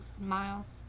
miles